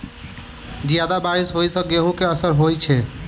जियादा बारिश होइ सऽ गेंहूँ केँ असर होइ छै?